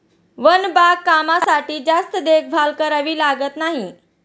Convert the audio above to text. one बागकामासाठी जास्त देखभाल करावी लागत नाही